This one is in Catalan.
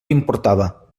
importava